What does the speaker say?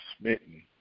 smitten